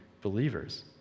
believers